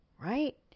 right